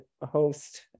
host